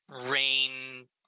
rain